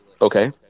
okay